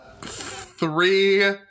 three